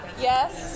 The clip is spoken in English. Yes